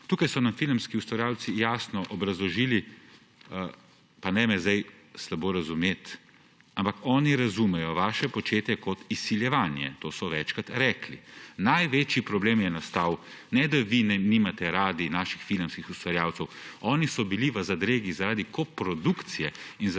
Tukaj so nam filmski ustvarjalci jasno obrazložili, pa ne me sedaj slabo razumeti, ampak oni razumejo vaše početje kot izsiljevanje. To so večkrat rekli. Največji problem je nastal, ne, da vi nimate radi naših filmskih ustvarjalcev, oni so bili v zadregi zaradi koprodukcije in zaradi